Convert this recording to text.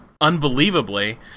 unbelievably